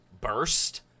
burst